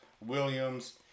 Williams